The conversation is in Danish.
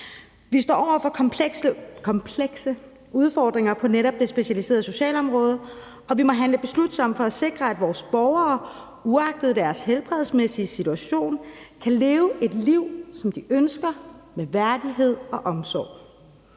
Vi står over for komplekse udfordringer på netop det specialiserede socialområde, og vi må handle beslutsomt for at sikre, at vores borgere uagtet deres helbredsmæssige situation kan leve et liv, som de ønsker, med værdighed og omsorg.